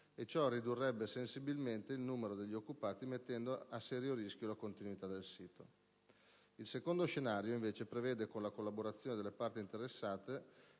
e ciò ridurrebbe sensibilmente il numero degli occupati mettendo a serio rischio la continuità del sito. Il secondo scenario invece prevede, con la collaborazione delle parti interessate,